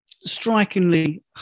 strikingly